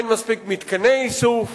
אין מספיק מתקני איסוף,